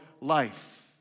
life